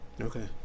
Okay